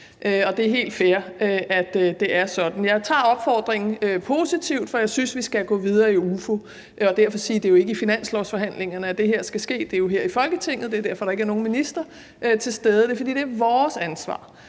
Og det er helt fair, at det er sådan. Jeg tager opfordringen positivt, for jeg synes, vi skal gå videre i UFO og derfor sige, at det jo ikke er i finanslovsforhandlingerne, at det her skal ske, det er jo her i Folketinget; det er derfor, der ikke er nogen minister til stede, og det er, fordi det er vores ansvar.